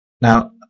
Now